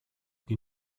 die